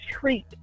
treat